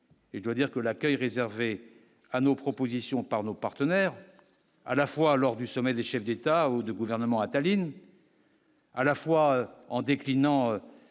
je dois dire que l'accueil réservé à nos propositions par nos partenaires à la fois lors du sommet des chefs d'État ou de gouvernement à Tallinn. à la fois en déclinant